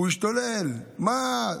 הוא השתולל: מה?